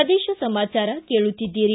ಪ್ರದೇಶ ಸಮಾಚಾರ ಕೇಳುತ್ತೀದ್ದಿರಿ